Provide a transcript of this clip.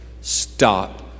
Stop